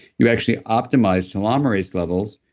you actually optimize telomerase levels,